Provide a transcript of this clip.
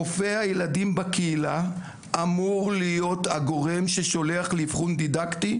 רופא הילדים בקהילה אמור להיות הגורם ששולח לאבחון דידקטי,